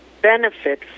Benefit